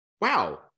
wow